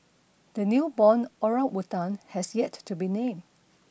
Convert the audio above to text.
the newborn orangutan has yet to be named